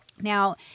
Now